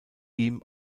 ihm